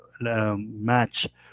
match